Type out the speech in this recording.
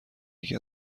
یکی